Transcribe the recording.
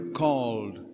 called